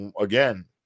again